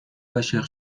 عاشق